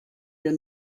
wir